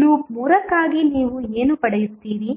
loop 3 ಗಾಗಿ ನೀವು ಏನು ಪಡೆಯುತ್ತೀರಿ